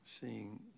Seeing